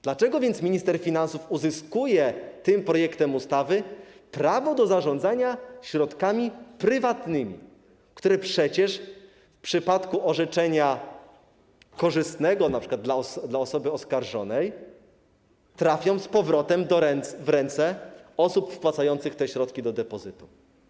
Dlaczego więc minister finansów uzyskuje tym projektem ustawy prawo do zarządzania środkami prywatnymi, które przecież w przypadku orzeczenia korzystnego np. dla osoby oskarżonej trafią z powrotem w ręce osób wpłacających te środki do depozytu?